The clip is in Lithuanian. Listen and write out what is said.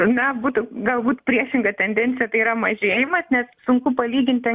na būtų galbūt priešinga tendencija tai yra mažėjimas nes sunku palyginti